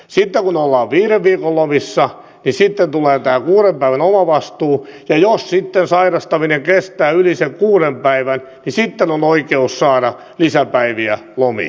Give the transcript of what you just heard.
sitten kun ollaan viiden viikon lomissa niin tulee tämä kuuden päivän omavastuu ja jos sitten sairastaminen kestää yli sen kuuden päivän niin sitten on oikeus saada lisäpäiviä lomiin